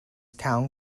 town